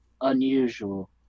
unusual